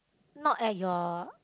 not at your